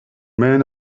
men